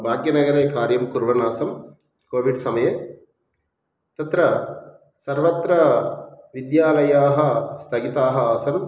भाग्यनगरे कार्यं कुर्वन् आसम् कोविड्समये तत्र सर्वत्र विद्यालयाः स्थगिताः आसन्